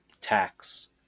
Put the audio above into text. tax